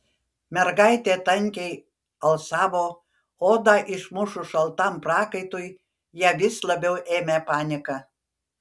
mergaitė tankiai alsavo odą išmušus šaltam prakaitui ją vis labiau ėmė panika